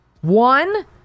One